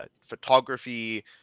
photography